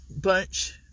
bunch